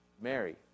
Mary